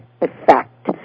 effect